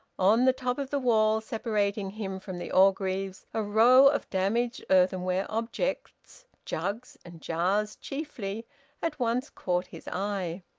on the top of the wall separating him from the orgreaves a row of damaged earthenware objects jugs and jars chiefly at once caught his eye.